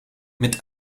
mit